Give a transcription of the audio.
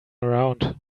around